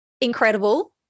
Incredible